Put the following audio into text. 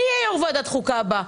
אבל מי יהיה יושב ראש ועדת החוקה הבא?